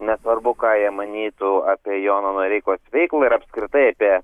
nesvarbu ką jie manytų apie jono noreikos veiklą ir apskritai apie